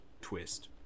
twist